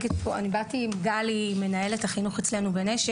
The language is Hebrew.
באתי עם גלי כהן, מנהל מחלקת החינוך בנשר,